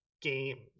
games